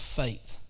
faith